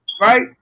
right